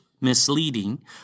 misleading